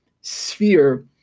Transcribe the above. sphere